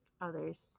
others